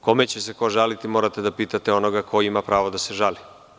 Kome će se ko žaliti, morate da pitate onoga ko ima pravo da se žali.